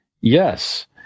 Yes